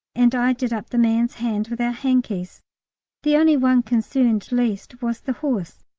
and i did up the man's hand with our hankies the only one concerned least was the horse,